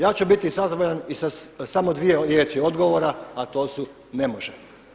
Ja ću biti zadovoljan i sa samo dvije riječ odgovora, a to su: ne može.